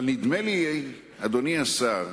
אבל נדמה לי, אדוני השר,